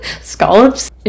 Scallops